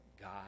God